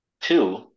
two